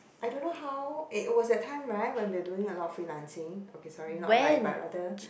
I don't know it was that time right when we were doing a lot of freelancing okay sorry not right but rather